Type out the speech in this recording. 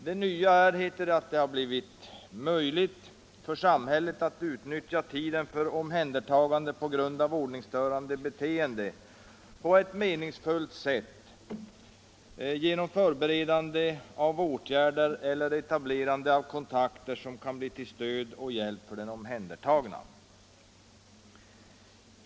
Det nya är, heter det, att det blivit möjligt för samhället att utnyttja tiden för ett omhändertagande på grund av ordningsstörande beteende på ett meningsfullt sätt genom förberedande av åtgärder eller etablerande av kontakter som kan bli till stöd och hjälp för den omhändertagne.